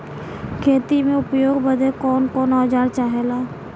खेती में उपयोग बदे कौन कौन औजार चाहेला?